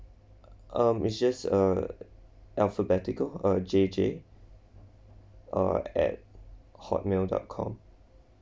um is just uh alphabetical uh J J uh at hotmail dot com